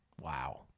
Wow